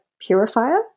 purifier